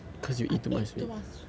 I ate too much sweets